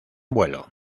vuelo